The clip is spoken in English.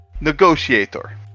Negotiator